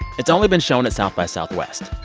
it's only been shown at south by southwest.